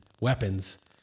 weapons